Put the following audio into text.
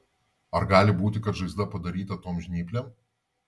ar gali būti kad žaizda padaryta tom žnyplėm